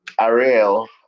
Ariel